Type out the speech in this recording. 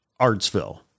Artsville